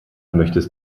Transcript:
möchtest